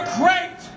great